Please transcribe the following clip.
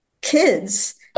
kids